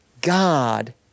God